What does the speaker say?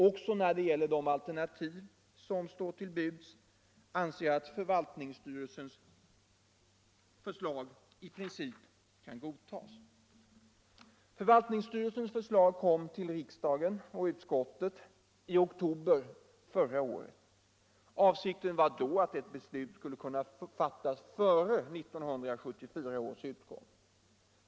Också när det gäller de alternativ som står till buds anser jag att förvaltningsstyrelsens förslag i princip kan godtas. Förvaltningsstyrelsens förslag kom riksdagen och utskottet till handa i oktober förra året. Avsikten var då att beslut skulle kunna fattas före 1974 års utgång.